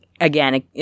again